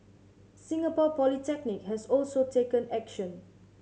Singapore Polytechnic has also taken action